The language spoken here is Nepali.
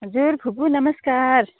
हजुर फुपू नमस्कार